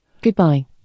Goodbye